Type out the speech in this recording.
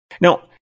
Now